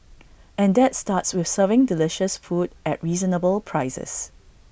and that starts with serving delicious food at reasonable prices